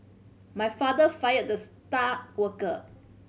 my father fired the star worker